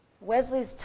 Wesley's